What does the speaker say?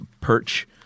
perch